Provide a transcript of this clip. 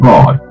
God